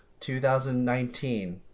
2019